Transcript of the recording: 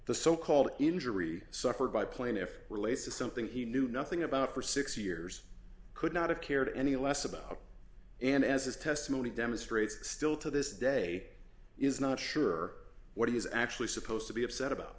the so called injury suffered by plaintiff relates to something he knew nothing about for six years could not have cared any less about and as his testimony demonstrates still to this day is not sure what he is actually supposed to be upset about